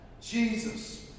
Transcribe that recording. Jesus